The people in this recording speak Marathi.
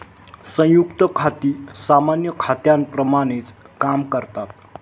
संयुक्त खाती सामान्य खात्यांप्रमाणेच काम करतात